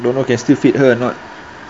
don't know can still fit her or not